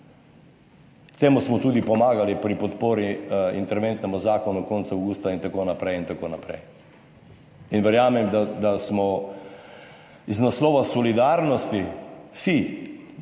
temu smo tudi pomagali pri podpori interventnemu zakonu konec avgusta in tako naprej. in verjamem, da smo iz naslova solidarnosti vsi,